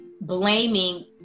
blaming